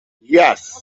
yes